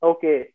Okay